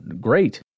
great